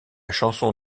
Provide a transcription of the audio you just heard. chanson